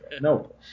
No